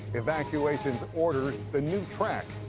evacuations ordered. the new track.